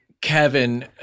Kevin